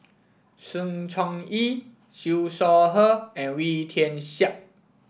Sng Choon Yee Siew Shaw Her and Wee Tian Siak